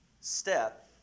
step